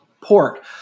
pork